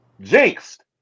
Jinxed